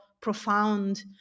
profound